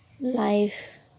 life